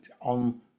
on